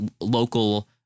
local